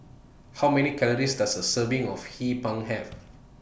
How Many Calories Does A Serving of Hee Pan Have